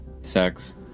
sex